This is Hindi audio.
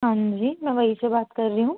हांजी मैं वाही से बात कर रही हूँ